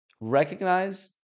recognize